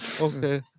Okay